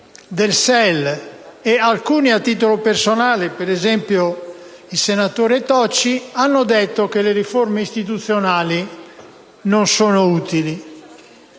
e SEL, e alcuni a titolo personale, come il senatore Tocci, hanno detto che le riforme istituzionali non sono utili.